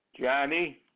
Johnny